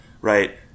right